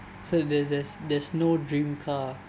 so there's there's there's no dream car